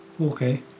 Okay